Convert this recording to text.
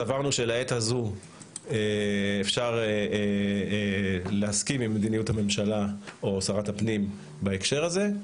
סברנו שלעת הזו אפשר להסכים עם מדיניות הממשלה או שרת הפנים בהקשר הזה.